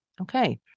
Okay